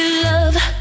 love